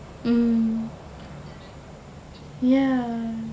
mm ya